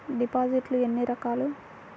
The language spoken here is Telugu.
డిపాజిట్లు ఎన్ని రకాలు?